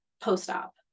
post-op